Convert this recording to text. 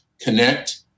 connect